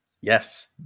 Yes